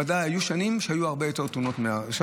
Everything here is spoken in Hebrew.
ודאי היו שנים שהיו בהן הרבה יותר תאונות מעכשיו.